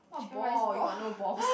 what ball you got no balls